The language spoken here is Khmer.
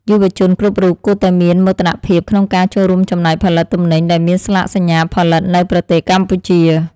យុវជនគ្រប់រូបគួរតែមានមោទនភាពក្នុងការចូលរួមចំណែកផលិតទំនិញដែលមានស្លាកសញ្ញាផលិតនៅប្រទេសកម្ពុជា។